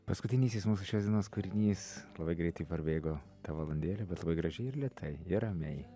paskutinysis mūsų šios dienos kūrinys labai greitai prabėgo ta valandėlė bet labai gražiai ir lėtai ramiai